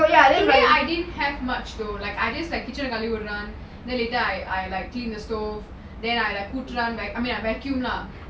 for me I didn't have much though like I just kitchen கழுவி விடுறன்:kaluvi viduran then later I like I clean the stove then I like I கூட்டுறன்:kooturan and then I vacumm lah